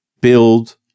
build